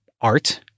art